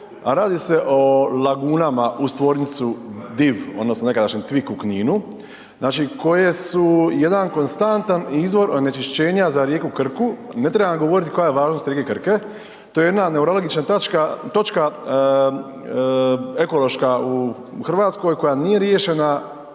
a radi se o lagunama uz tvornicu Div odnosno nekadašnji Tvik u Kninu, znači koje su jedan konstantan izvor onečišćenja za rijeku Krku. Ne trebam govoriti koja je važnost rijeke Krke to je jedna neuralagična točka ekološka u Hrvatskoj koja nije riješena,